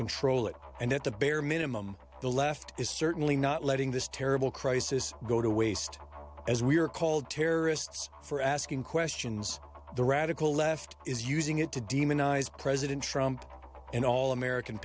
control it and at the bare minimum the left is certainly not letting this terrible crisis go to waste as we are called terrorists for asking questions the radical left is using it to demonize president trump and all american